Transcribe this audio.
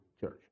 church